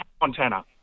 Montana